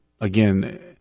again